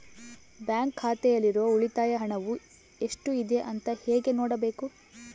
Bank ಖಾತೆಯಲ್ಲಿರುವ ಉಳಿತಾಯ ಹಣವು ಎಷ್ಟುಇದೆ ಅಂತ ಹೇಗೆ ನೋಡಬೇಕು?